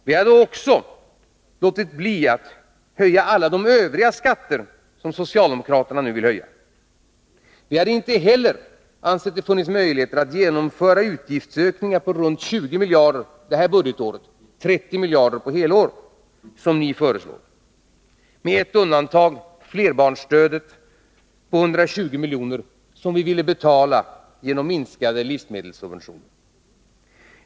Vi hade också låtit bli att höja alla de övriga skatter som socialdemokraterna nu vill höja. Vi hade inte heller ansett att det hade funnits möjligheter att genomföra utgiftsökningar på runt 20 miljarder detta budgetår — 30 miljarder på helåret — som ni föreslår. Enda undantaget är flerbarnsstödet på 120 miljoner, som vi vill betala genom minskade livsmedelssubventioner.